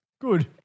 Good